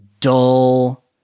dull